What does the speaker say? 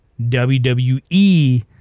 WWE